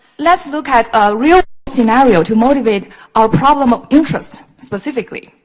let's look at a real scenario to motivate our problem of interest, specifically.